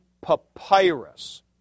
papyrus